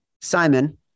Simon